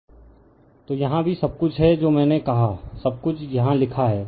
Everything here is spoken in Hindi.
रिफर स्लाइड टाइम 2825 तो यहाँ भी सब कुछ है जो मैंने कहा सब कुछ यहाँ लिखा है